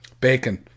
Bacon